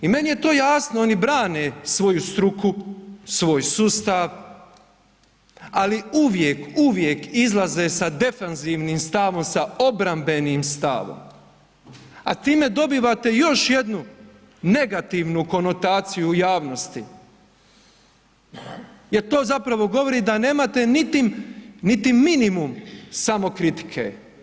I meni je to jasno, oni brane svoju struku, svoj sustav, ali uvijek, uvijek izlaze sa defanzivnim stavom, sa obrambenim stavom a time dobivate još jednu negativnu konotaciju u javnosti jer to zapravo govori da nemate niti, niti minimum samokritike.